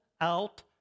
out